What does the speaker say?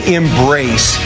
embrace